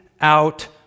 out